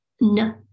no